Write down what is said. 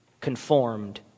conformed